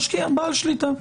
משקיע בעל שליטה.